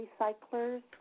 recyclers